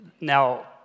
Now